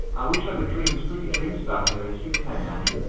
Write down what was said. i wish i could dream as pretty dreams about her as you can, nanny.